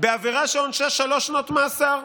בעבירה שעונשה שלוש שנות מאסר,